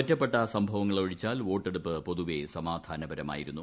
ഒറ്റപ്പെട്ട സംഭവങ്ങളൊഴിച്ചാൽ വോട്ടെടുപ്പ് പൊതുവെ സമാധാനപരമായിരുന്നു